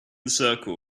circle